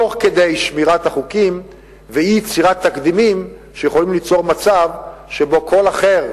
תוך שמירת החוקים ואי-יצירת תקדימים שיכולים ליצור מצב שבו קול אחר,